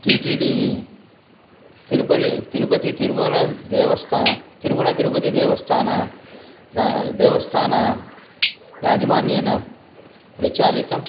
T T D तिरुपतिः तिरुपतिः तिरुमलः देवस्थानं तिरुमलः तिरुपतिः देवस्थानं द देवस्थानं याजमान्येन प्रचालितम्